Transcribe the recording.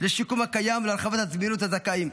לשיקום הקיים ולהרחבת הזמינות לזכאים.